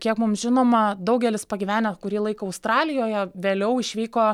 kiek mums žinoma daugelis pagyvenę kurį laiką australijoje vėliau išvyko